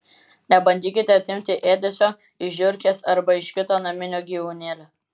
nebandykite atimti ėdesio iš žiurkės arba iš kito naminio gyvūnėlio